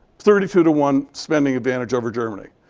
thirty two to one spending advantage over germany.